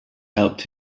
helped